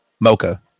mocha